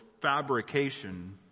fabrication